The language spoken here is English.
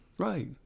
Right